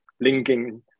linking